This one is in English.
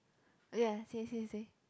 ya say say say